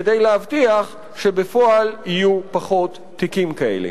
כדי להבטיח שבפועל יהיו פחות תיקים כאלה.